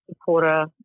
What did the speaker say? supporter